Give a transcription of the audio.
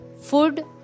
Food